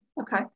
Okay